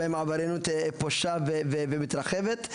בהן העבריינות פושעת ומתרחבת.